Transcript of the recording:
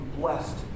blessed